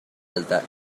alta